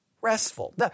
restful